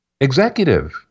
executive